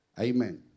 Amen